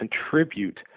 contribute